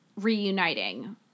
reuniting